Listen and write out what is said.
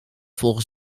volgens